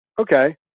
Okay